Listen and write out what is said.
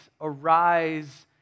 arise